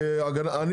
בסדר?